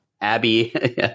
Abby